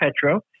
Petro